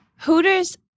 Hooters